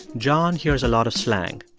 john hears a lot of slang.